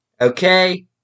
Okay